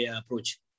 approach